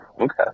Okay